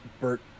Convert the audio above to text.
Bert